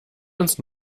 uns